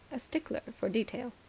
a stickler for detail.